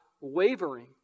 wavering